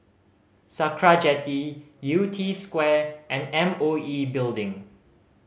Sakra Jetty Yew Tee Square and M O E Building